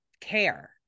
care